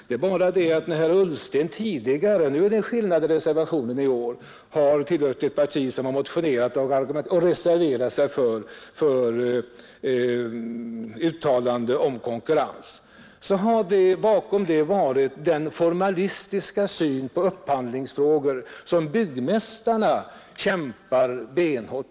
Det är bara det att när herr Ullstens parti tidigare — det är en skillnad i reservationen i år — har motionerat och reserverat sig för uttalande om konkurrens, så har bakom detta legat den formalistiska syn på upphandlingsfrågor som byggmästarna kämpar benhårt för.